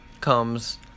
Comes